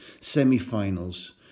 semi-finals